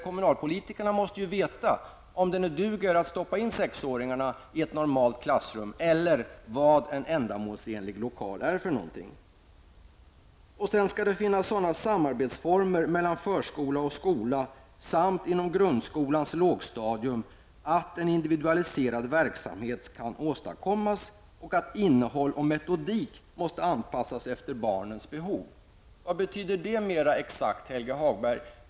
Kommunalpolitikerna måste ju veta om det duger att stoppa in sexåringarna i ett normalt klassrum eller vad en ändamålsenlig lokal är för något. I betänkandet står också: ''En ytterligare faktor är förekomsten av sådana samarbetsformer mellan förskola och skola samt inom grundskolans lågstadium att en individualiserad verksamhet kan åstadkommas. Innehåll och metodik måste vidare anpassas efter barnens behov.'' Vad betyder det mera exakt, Helge Hagberg?